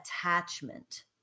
attachment